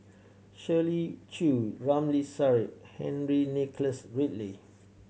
Shirley Chew Ramli Sarip Henry Nicholas Ridley